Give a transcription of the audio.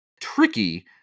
tricky